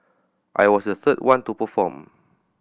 I was the third one to perform